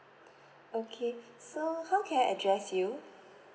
okay so how can I address you